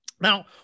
Now